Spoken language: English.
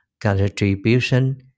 contribution